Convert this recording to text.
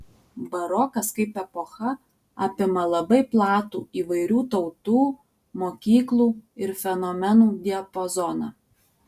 barokas kaip epocha apima labai platų įvairių tautų mokyklų ir fenomenų diapazoną